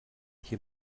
hier